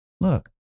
Look